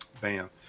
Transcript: Bam